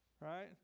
right